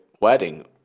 wedding